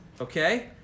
Okay